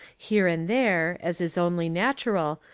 here and there, as is only natural,